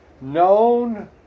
known